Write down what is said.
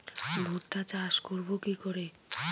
ভুট্টা চাষ করব কি করে?